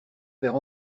vers